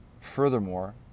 Furthermore